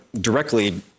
directly